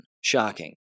Shocking